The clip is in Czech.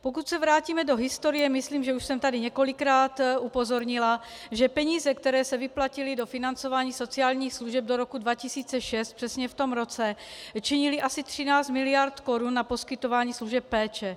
Pokud se vrátíme do historie, myslím, že už jsem tady několikrát upozornila, že peníze, které se vyplatily do financování sociálních služeb do roku 2006, přesně v tom roce činily asi 13 mld. korun na poskytování služeb péče.